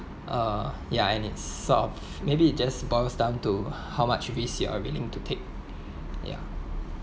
uh ya and it sort of maybe it just boils down to how much risk you are willing to take ya